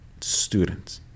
students